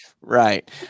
Right